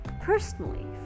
personally